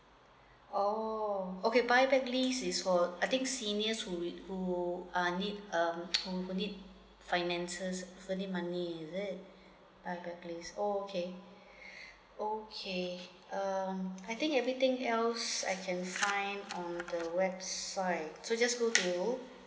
orh okay buy back lease is for I think seniors who who uh need um who need finances who money is it buy back lease orh okay orh okay uh I think everything else I can find on the website so just go to